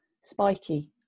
spiky